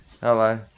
Hello